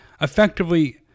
effectively